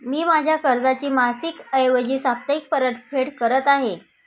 मी माझ्या कर्जाची मासिक ऐवजी साप्ताहिक परतफेड करत आहे